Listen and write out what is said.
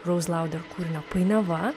rouz lauder kūrinio painiava